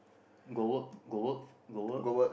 go work go work go work